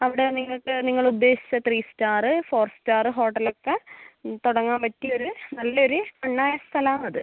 അവിടെ നിങ്ങൾക്ക് നിങ്ങൾ ഉദ്ദേശിച്ച ത്രീ സ്റ്റാറ് ഫോർ സ്റ്റാറ് ഹോട്ടലൊക്കെ തുടങ്ങാൻ പറ്റിയ ഒരു നല്ല ഒരു കണ്ണായ സ്ഥലമാണ് അത്